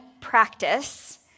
practice